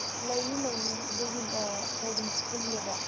ꯂꯩꯅꯤ ꯂꯩꯅꯤ ꯑꯗꯨꯒꯤ ꯑꯩꯈꯣꯏ ꯑꯗꯨꯝ ꯄꯨꯜꯂꯦꯕ